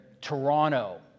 Toronto